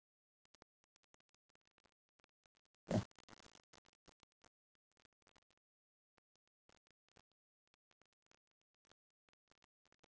ya